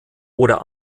oder